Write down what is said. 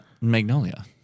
magnolia